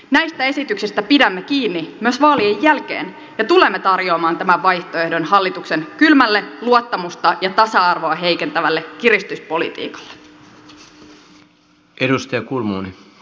näistä esityksistä pidämme kiinni myös vaalien jälkeen ja tulemme tarjoamaan tämän vaihtoehdon hallituksen kylmälle luottamusta ja tasa arvoa heikentävälle kiristyspolitiikalle